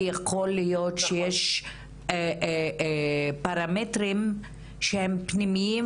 כי יכול להיות שיש פרמטרים שהם פנימיים